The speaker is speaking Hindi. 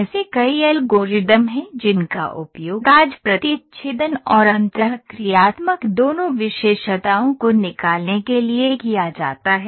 ऐसे कई एल्गोरिदम हैं जिनका उपयोग आज प्रतिच्छेदन और अंतःक्रियात्मक दोनों विशेषताओं को निकालने के लिए किया जाता है